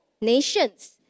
nations